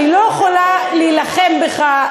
אני לא יכולה להילחם בך,